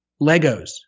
Legos